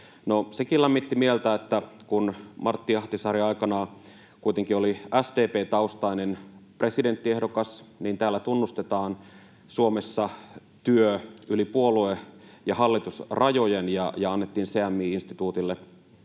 Sekin lämmitti mieltä, että kun Martti Ahtisaari aikanaan kuitenkin oli SDP-taustainen presidenttiehdokas, niin täällä, Suomessa, tunnustetaan työ yli puolue- ja hallitusrajojen ja annettiin CMI-instituutille